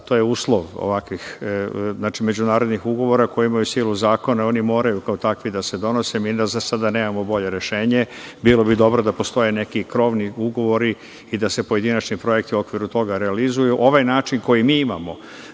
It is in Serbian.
to je uslov ovakvih međunarodnih ugovora koji imaju silu zakona. Oni moraju takvi da se donose. Mi za sada nemamo bolje rešenje. Bilo bi bolje da postoje neki krovni ugovori i da se pojedinačni projekti u okviru toga realizuju. Ovaj način koji mi imamo